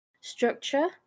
structure